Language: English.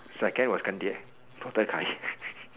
second was 干爹